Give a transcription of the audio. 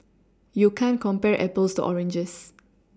you can't compare Apples to oranges